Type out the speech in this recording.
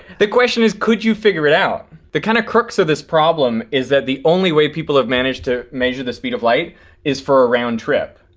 the question is could you figure it out? the kind of crux of this problem is that the only way people have managed to measure the speed of light is for a round trip.